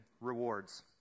rewards